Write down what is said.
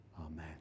Amen